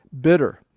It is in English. bitter